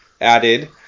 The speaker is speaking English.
added